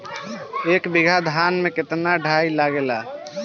एक बीगहा धान में केतना डाई लागेला?